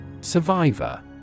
Survivor